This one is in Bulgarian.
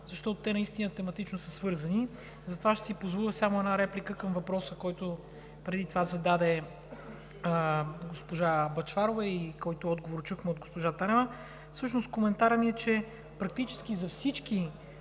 защото са наистина тематично свързани. Затова аз ще си позволя само една реплика към въпроса, който преди това зададе госпожа Бъчварова и който отговор чухме от госпожа Танева. Госпожо Министър, всъщност коментарът ми е, че практически за всичките